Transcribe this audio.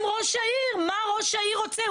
מה ראש העיר רוצה?